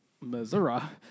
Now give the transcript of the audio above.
Missouri